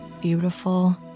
Beautiful